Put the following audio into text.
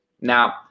Now